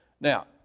Now